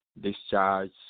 discharge